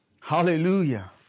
Hallelujah